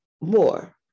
more